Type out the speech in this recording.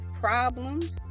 problems